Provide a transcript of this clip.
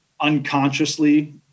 unconsciously